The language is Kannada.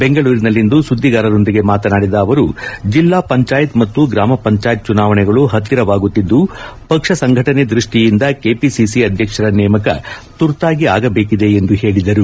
ಬೆಂಗಳೂರಿನಲ್ಲಿಂದು ಸುದ್ದಿಗಾರರೊಂದಿಗೆ ಮಾತನಾಡಿದ ಅವರು ಜಿಲ್ಲಾ ಪಂಚಾಯತ್ ಮತ್ತು ಗ್ರಾಮ ಪಂಚಾಯತ್ ಚುನಾವಣೆಗಳು ಪತ್ತಿರವಾಗುತ್ತಿದ್ದು ಪಕ್ಷ ಸಂಘಟನೆ ದೃಷ್ಷಿಯಿಂದ ಕೆಪಿಸಿಸಿ ಅಧ್ಯಕ್ಷರ ನೇಮಕ ತುರ್ತಾಗಿ ಆಗಬೇಕಿದೆ ಎಂದು ಹೇಳಿದರು